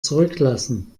zurücklassen